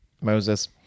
moses